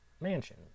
mansion